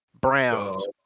Browns